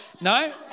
No